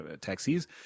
taxis